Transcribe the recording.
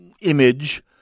image